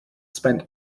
spent